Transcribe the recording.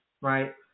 right